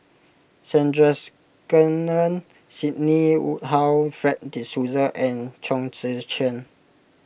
Sandrasegaran Sidney Woodhull Fred De Souza and Chong Tze Chien